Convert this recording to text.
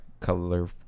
Color